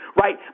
Right